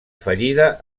fallida